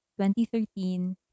2013